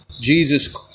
Jesus